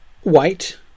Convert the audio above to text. White